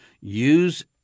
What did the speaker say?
use